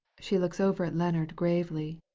she looks over at leonard gravely.